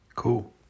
cool